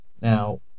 Now